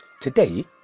Today